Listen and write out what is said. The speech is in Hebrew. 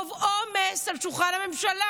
מרוב עומס על שולחן הממשלה,